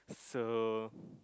so